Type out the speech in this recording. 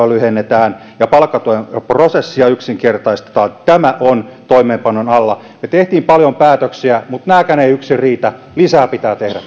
lyhennetään ja palkkatuen prosessia yksinkertaistetaan tämä on toimeenpanon alla me teimme paljon päätöksiä mutta nämäkään eivät yksin riitä lisää pitää tehdä